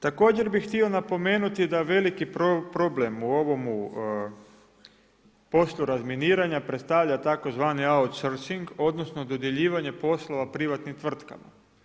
Također bih htio napomenuti da veliki problem u ovome poslu razminiranja predstavlja tzv. outsourcing odnosno dodjeljivanje poslova privatnim tvrtkama.